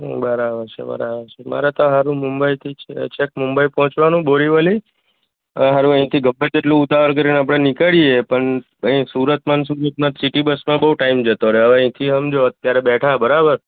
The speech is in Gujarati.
બરાબર છે બરાબર છે મારે તો હારું મુંબઈથી છેક મુંબઈ પહોંચવાનું બોરિવલી હારું અઈથી ગમે તેટલું ઉતાવળ કરીને આપણે નીકળીએ પણ અહીં સુરતમાં ને સુરતમાં જ સિટી બસમાં બહુ ટાઈમ જતો રહે હવે અહીંથી સમજો અત્યારે બેઠાં બરાબર